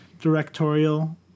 directorial